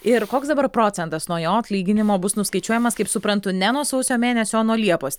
ir koks dabar procentas nuo jo atlyginimo bus nuskaičiuojamas kaip suprantu ne nuo sausio mėnesio o nuo liepos